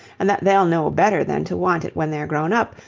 and that they'll know better than to want it when they're grown up,